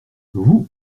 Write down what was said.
vous